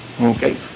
okay